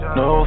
no